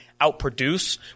outproduce